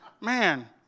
man